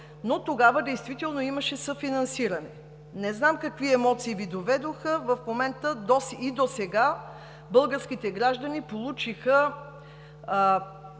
но тогава действително имаше съфинансиране. Не знам какви емоции Ви доведоха – в момента, и досега българските граждани получиха